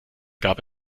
gab